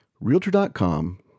Realtor.com